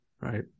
Right